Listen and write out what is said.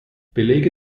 belege